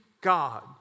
God